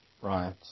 Right